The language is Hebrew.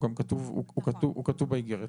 הוא כתוב באגרת.